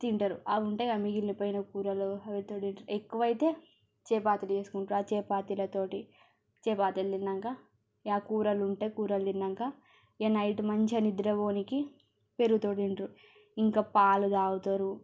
తింటారు అవి ఉంటాయిగా మిగిలిపోయిన కూరలు వాటితో ఎక్కువైతే చపాతీలు చేసుకుంటారు ఆ చపాతీలతో చపాతీలు తిన్నాక ఇక కూరలు ఉంటే కూరలు తిన్నాక ఇక నైట్ మంచిగా నిద్ర పోనికి పెరుగుతో తింటారు ఇంకా పాలు తాగుతారు